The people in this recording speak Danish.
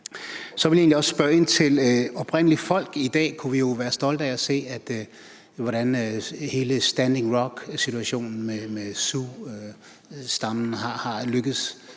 Så vil jeg også spørge ind til det oprindelige folk. I dag kan vi jo være stolte af at se, hvordan hele situationen for Standing Rock Sioux-stammen er lykkedes.